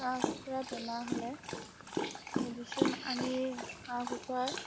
হাঁহ কুকুৰা বেমাৰ হ'লে মেডিচিন আনি হাঁহ কুকুৰাৰ